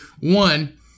one